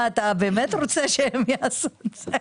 אתה באמת רוצה שהם יעשו את זה?